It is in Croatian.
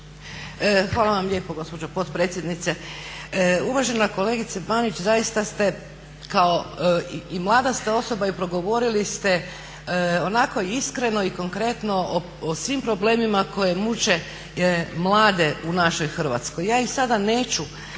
Hvala vam lijepo gospođo potpredsjednice. Uvažena kolegice Banić, zaista ste kao i mlada ste osoba i progovorili ste onako iskreno i konkretno o svim problemima koji muče mlade u našoj Hrvatskoj.